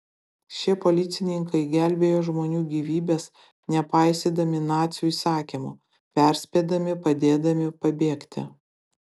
šie policininkai gelbėjo žmonių gyvybes nepaisydami nacių įsakymų perspėdami padėdami pabėgti